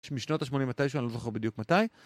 משנות ה-89, מתישהו, אני לא זוכר בדיוק מתי